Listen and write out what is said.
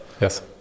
yes